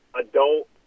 adult